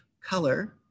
color